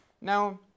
Now